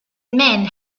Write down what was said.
men